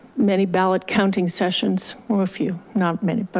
many ballot counting sessions, or a few, not many, but